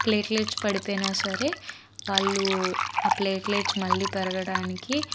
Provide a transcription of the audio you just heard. platelets పడిపోయినా సరే వాళ్ళు ఆ ప్లేట్లెట్స్ మళ్ళీ పెరగడానికి